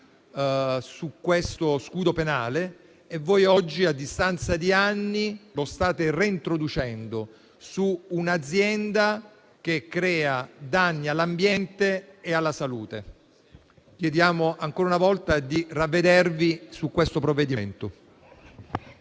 su questo scudo penale. Voi oggi, a distanza di anni, lo state reintroducendo per un'azienda che crea danni all'ambiente e alla salute. Chiediamo, dunque, ancora una volta, di ravvedervi su questo provvedimento.